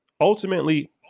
ultimately